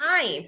time